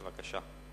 בבקשה.